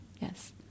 yes